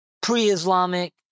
pre-Islamic